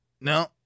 No